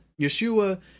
Yeshua